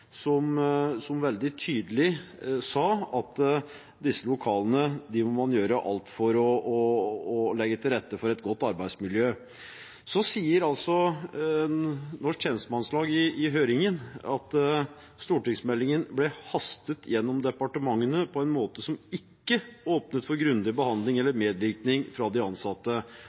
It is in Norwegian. som veldig tydelig sa at man må gjøre alt man kan for å legge til rette for et godt arbeidsmiljø i disse lokalene. Norsk Tjenestemannslag sa i høringen at «stortingsmeldingen ble hastet gjennom departementene på en måte som ikke åpnet for grundig behandling eller medvirkning fra de ansatte».